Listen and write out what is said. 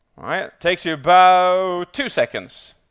alright, takes you about so two seconds.